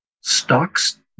stocks